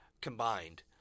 combined